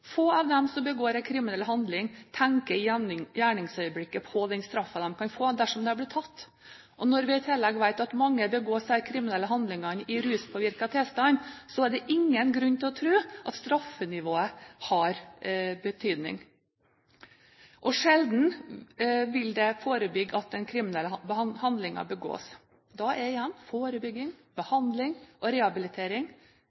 Få av dem som begår en kriminell handling, tenker i gjerningsøyeblikket på den straffen de kan få dersom de blir tatt. Når vi i tillegg vet at mange begår disse kriminelle handlingene i ruspåvirket tilstand, er det ingen grunn til å tro at straffenivået har betydning – og sjelden vil det forebygge at den kriminelle handlingen begås. Da er igjen forebygging,